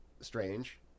strange